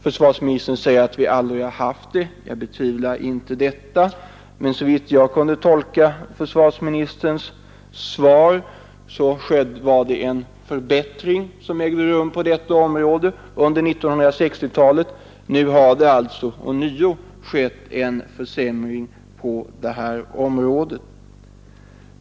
Försvarsministern säger att vi aldrig har haft det. Jag betvivlar inte det, men såvitt jag kan tolka försvarsministerns svar ägde en förbättring rum på detta område under 1960-talet. Nu har det alltså ånyo skett en försämring.